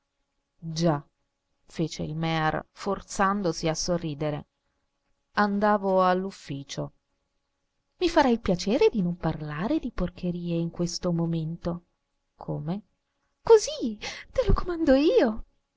già fece il mear forzandosi a sorridere ndavo all ufficio i farei piacere di non parlare di porcherie in questo momento come così te lo comando io